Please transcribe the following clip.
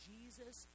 Jesus